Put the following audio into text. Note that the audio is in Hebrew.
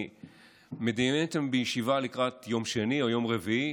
אני מדמיין אתכם בישיבה לקראת יום שני או יום רביעי,